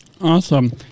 Awesome